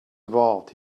evolved